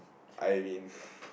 I mean